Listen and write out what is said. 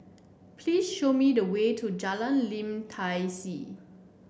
please show me the way to Jalan Lim Tai See